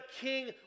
king